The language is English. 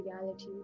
reality